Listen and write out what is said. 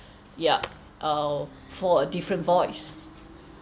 yup uh for a different voice